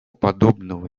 подобного